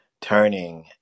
turning